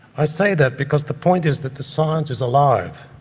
i say that because the point is that the science is alive,